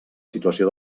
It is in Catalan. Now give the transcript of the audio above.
situació